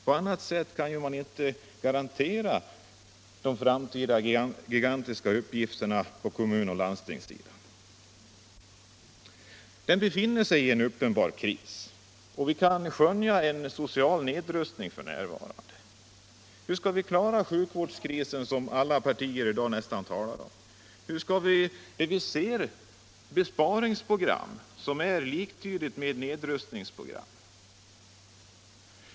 På annat sätt kan man inte garantera och klara de framtida gigantiska uppgifterna på kommunoch landstingssidan, som befinner sig i en uppenbar kris. Vi kan f.n. skönja en social nedrustning. Hur skall vi klara sjukvårdskrisen, som nästan alla partier i dag talar om? Hur skall vi undvika ett besparingsprogram som är liktydigt med ett nedrustningsprogram?